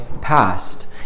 past